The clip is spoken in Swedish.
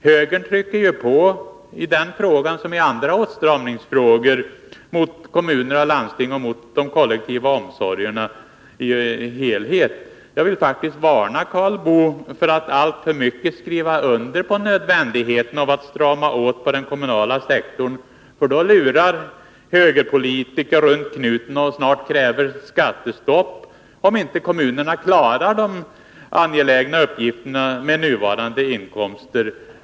Högern trycker ju på i den frågan, liksom i andra åtstramningsfrågor mot kommuner och landsting och mot de kollektiva omsorgerna som helhet. Jag vill varna Karl Boo för att alltför mycket skriva under på nödvändigheten av att strama åt på den kommunala sektorn. Då lurar nämligen högerpolitiker runt knuten som snart kräver skattestopp, om inte kommunerna klarar de angelägna uppgifterna med nuvarande inkomster.